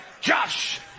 Josh